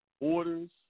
orders